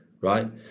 right